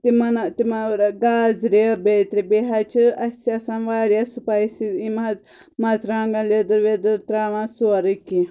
تِمَن تِمو گازرِ بیٚترِ بیٚیہِ حظ چھِ اسہِ آسان واریاہ سٕپایسِز یِم حظ مرژٕوانٛگَن لِدٕر ودٕر ترٛاوان سورٕے کیٚنٛہہ